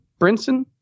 Brinson